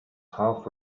half